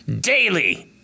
Daily